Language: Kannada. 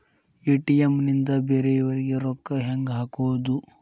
ಎ.ಟಿ.ಎಂ ನಿಂದ ಬೇರೆಯವರಿಗೆ ರೊಕ್ಕ ಹೆಂಗ್ ಹಾಕೋದು?